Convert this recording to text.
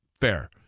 Fair